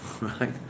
right